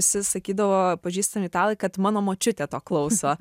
visi sakydavo pažįstami italai kad mano močiutė to klauso